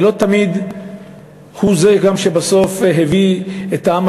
וגם לא תמיד הוא זה שבסוף הביא את העם